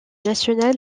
national